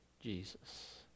Jesus